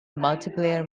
multiplayer